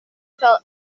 felt